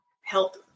help